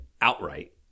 outright